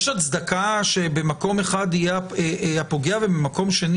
יש הצדקה שבמקום אחד יהיה הפוגע ובמקום שני